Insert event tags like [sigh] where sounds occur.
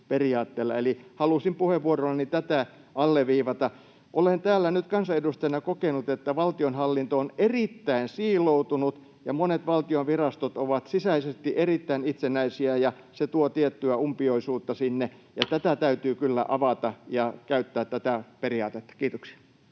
eli halusin puheenvuorollani alleviivata tätä. Olen täällä nyt kansanedustajana kokenut, että valtionhallinto on erittäin siiloutunut. Monet valtion virastot ovat sisäisesti erittäin itsenäisiä, ja se tuo sinne tiettyä umpioisuutta. [noise] Tätä täytyy kyllä avata ja tätä periaatetta käyttää.